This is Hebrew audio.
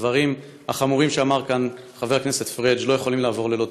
הדברים החמורים שאמר כאן חבר הכנסת פריג' לא יכולים לעבור ללא תגובה,